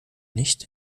nicht